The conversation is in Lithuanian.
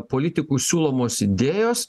politikų siūlomos idėjos